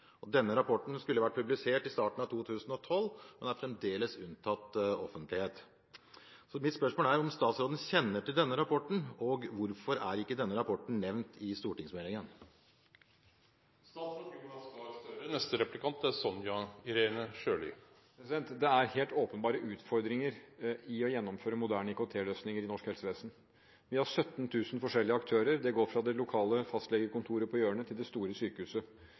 toppkarakter. Denne rapporten skulle vært publisert i starten av 2012, men den er fremdeles unntatt offentlighet. Så mitt spørsmål er om statsråden kjenner til denne rapporten, og hvorfor denne rapporten ikke er nevnt i stortingsmeldingen. Det er helt åpenbare utfordringer med å gjennomføre moderne IKT-løsninger i norsk helsevesen. Vi har 17 000 forskjellige aktører – fra det lokale fastlegekontoret på hjørnet til det store sykehuset.